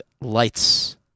Lights